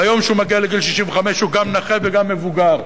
ביום שהוא מגיע לגיל 65 הוא גם נכה וגם מבוגר,